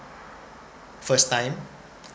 first time